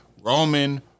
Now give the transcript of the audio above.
Roman